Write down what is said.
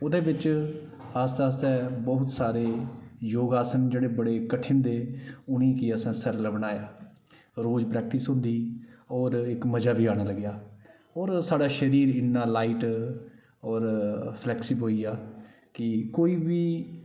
ओह्दे बिच आस्तै आस्तै बहुत सारे योगा आसन जेह्ड़े बड़े कठिन थे उ'नें गी असें सरल बनाया रोज प्रैक्टिस होंदी होर इक मज़ा बी आने लग्गेआ होर साढ़ा शरीर इ'न्ना लाइट होर फ्लेक्सिब होइया कि कोई बी